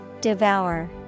Devour